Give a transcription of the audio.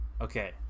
okay